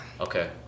Okay